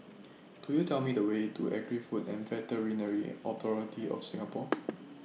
Could YOU Tell Me The Way to Agri Food and Veterinary Authority of Singapore